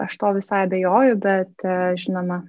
aš tuo visai abejoju bet žinoma